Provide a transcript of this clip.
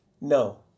No